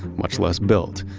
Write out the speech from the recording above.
much less built.